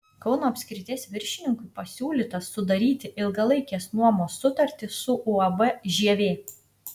kauno apskrities viršininkui pasiūlyta sudaryti ilgalaikės nuomos sutartį su uab žievė